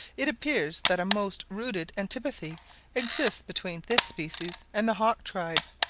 it appears that a most rooted antipathy exists between this species and the hawk tribe,